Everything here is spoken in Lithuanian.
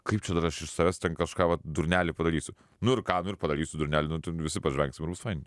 kaip čia dar aš iš savęs ten kažką vat durnelį padarysiu nu ir ką nu ir padarysiu durnelį nu ten visi pažvelgsim ir bus fainiai